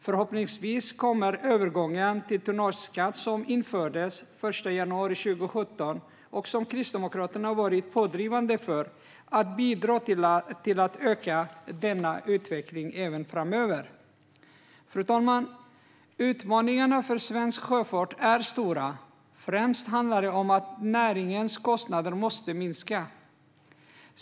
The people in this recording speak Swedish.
Förhoppningsvis kommer övergången till tonnageskatt, som infördes den 1 januari 2017 och som Kristdemokraterna varit pådrivande för, att bidra till att öka denna utveckling även framöver. Fru talman! Utmaningarna för svensk sjöfart är stora. Främst handlar det om att näringens kostnader måste minska.